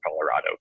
Colorado